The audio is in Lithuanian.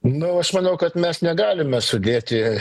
nu aš manau kad mes negalime sudėti